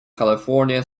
california